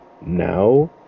now